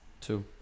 two